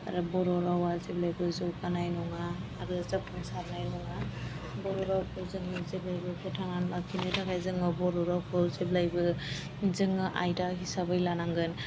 आरो बर' रावआ जेब्लायबो जौगानाय नङा आरो जाफुंसारनाय नङा बर' रावखौ जोंङो जेब्लायबो फोथांनानै लाखिनो थाखाय जोङो बर' रावखौ जेब्लायबो जोङो आयदा हिसाबै लानांगोन